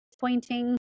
pointing